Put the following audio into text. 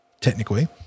technically